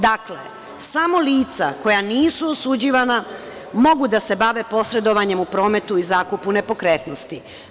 Dakle, samo lica koja nisu osuđivana mogu da se bave posredovanjem u prometu i zakupu nepokretnosti.